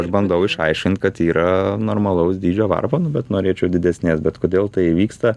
aš bandau išaiškint kad yra normalaus dydžio varpa bet norėčiau didesnės bet kodėl tai įvyksta